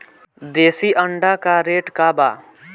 देशी अंडा का रेट बा?